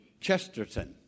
Chesterton